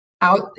out